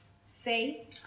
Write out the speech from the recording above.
say